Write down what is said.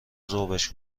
ذوبش